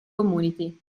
community